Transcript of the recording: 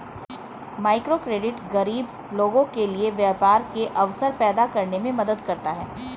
microcredit गरीब लोगों के लिए व्यापार के अवसर पैदा करने में मदद करता है